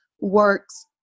works